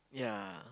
ya